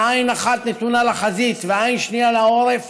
ועין אחת נתונה לחזית ועין שנייה לעורף,